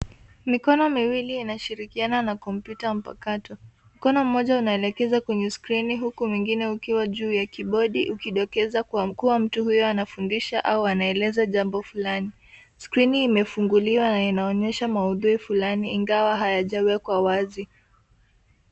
Mikono miwili inashirikiana na kompyuta mpakato. Mkono mmoja unaelekeza kwenye skrini huku mwingine ukiwa juu ya kibodi ukidokeza kuwa mtu huyo anafundisha au anaeleza jambo fulani. Skrini imefunguliwa na inaonyesha maudhui fulani ingawa hayajawekwa wazi.